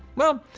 well,